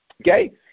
Okay